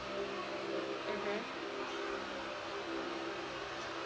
mmhmm